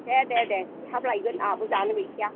दे दे थाब लायगोन आंहाबो जानो गैखाया